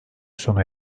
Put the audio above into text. sona